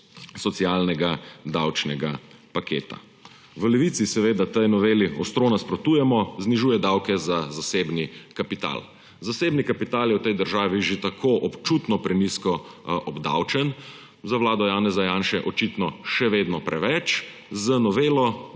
protisocialnega davčnega paketa. V Levici seveda tej noveli ostro nasprotujemo, znižuje davke za zasebni kapital. Zasebni kapital je v tej državi že tako občutno prenizko obdavčen, za vlado Janeza Janše očitno še vedno preveč, z novelo